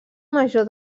major